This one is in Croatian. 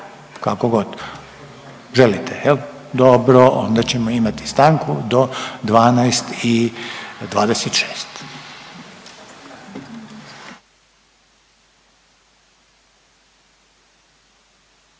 Kako god. Želite jel'? Dobro. Onda ćemo imati stanku do 12,26.